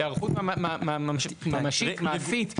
היערכות ממשית, מעשית.